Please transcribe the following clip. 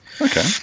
Okay